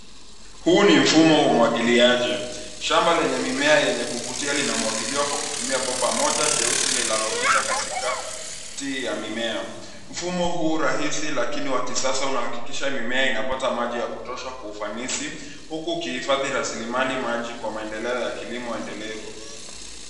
Huu ni mfumo wa umwagiliaji. Shamba lenye mimea ya kuvutia linamwagiwa maji kwa kutumia bomba moja jeusi linalopita katikati ya mimea. Mfumo huu rahisi lakini wa kisasa unahakikisha mimea inapata maji ya kutosha kwa ufanisi, huku ukihifadhi rasilimali maji kwa maendeleo ya kilimo endelevu.